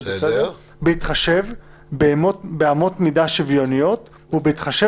שזה בסדר "בהתחשב באמות מידה שוויוניות ובהתחשב